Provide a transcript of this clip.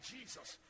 Jesus